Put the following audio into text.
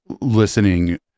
listening